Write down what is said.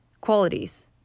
qualities